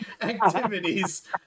activities